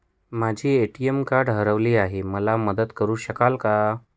माझे ATM card हरवले आहे, मला मदत करु शकाल का?